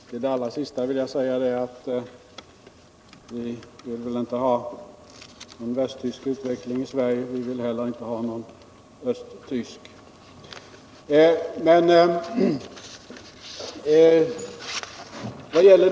Herr talman! Till det allra sista vill jag säga: Vi vill inte ha någon västtysk utveckling, och vi vill inte heller ha någon östtysk.